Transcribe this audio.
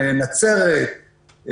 נצרת,